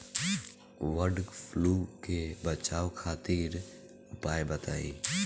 वड फ्लू से बचाव खातिर उपाय बताई?